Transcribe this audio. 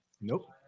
nope